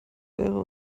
wäre